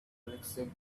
accept